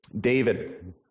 David